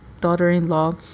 daughter-in-law